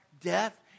death